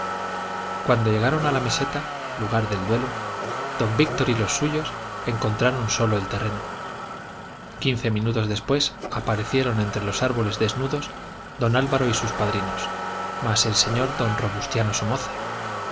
cuando llegaron a la meseta lugar del duelo don víctor y los suyos encontraron solo el terreno quince minutos después aparecieron entre los árboles desnudos don álvaro y sus padrinos más el señor don robustiano somoza